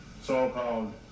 so-called